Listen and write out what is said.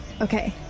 Okay